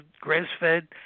grass-fed